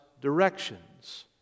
directions